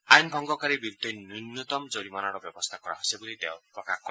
আইন ভংগকাৰীৰ বিৰুদ্ধে ন্যনতম জৰিমনাৰো ব্যৱস্থা কৰা হৈছে বুলি তেওঁ প্ৰকাশ কৰে